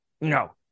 no